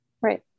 Right